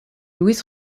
luiz